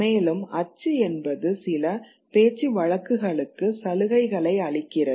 மேலும் அச்சு என்பது சில பேச்சுவழக்குகளுக்கு சலுகைகளை அளிக்கிறது